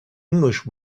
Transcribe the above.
english